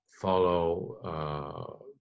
Follow